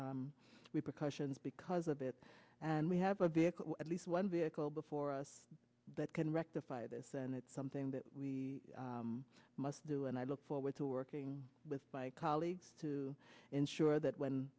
repercussions because of it and we have a vehicle at least one vehicle before us that can rectify this and it's something that we must do and i look forward to working with my colleagues to ensure that when